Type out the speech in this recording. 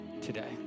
today